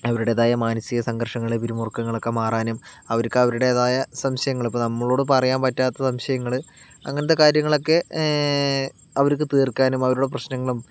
അവരുടേതായ മാനസിക സംഘർഷങ്ങൾ പിരിമുറുക്കങ്ങളൊക്കെ മാറാനും അവർക്ക് അവരുടേതായ സംശയങ്ങൾ ഇപ്പോൾ നമ്മളോടു പറയാൻ പറ്റാത്ത സംശയങ്ങൾ അങ്ങനത്തെ കാര്യങ്ങളൊക്കെ അവർക്ക് തീർക്കാനും അവരുടെ പ്രശ്നങ്ങളും